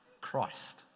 Christ